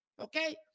okay